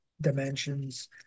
dimensions